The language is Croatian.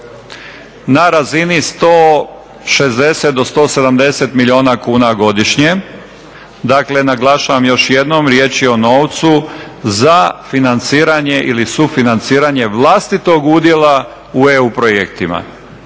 na razini 160 od 170 milijuna kuna godišnje. Dakle, naglašavam još jednom riječ je o novcu za financiranje ili sufinanciranje vlastitog udjela u EU projektima.